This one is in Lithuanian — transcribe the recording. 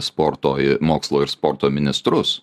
sporto mokslo ir sporto ministrus